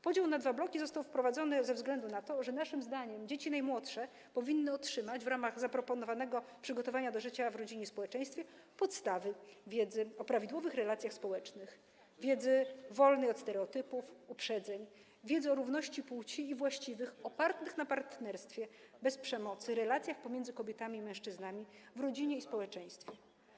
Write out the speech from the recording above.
Podział na dwa bloki został wprowadzony ze względu na to, że naszym zdaniem dzieci najmłodsze powinny otrzymać w ramach zaproponowanego przygotowania do życia w rodzinie i społeczeństwie podstawy wiedzy o prawidłowych relacjach społecznych, wiedzy wolnej od stereotypów, uprzedzeń, wiedzy o równości płci i właściwych, opartych na partnerstwie, bez przemocy relacjach pomiędzy kobietami i mężczyznami w rodzinie i społeczeństwie.